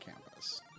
campus